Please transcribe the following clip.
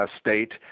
state